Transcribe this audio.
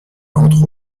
entre